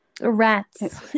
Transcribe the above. rats